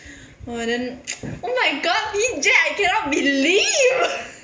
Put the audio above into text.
eh then oh my god P_J I cannot believe